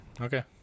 okay